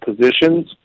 positions